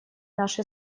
наши